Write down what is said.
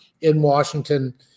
in-Washington